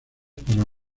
para